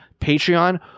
Patreon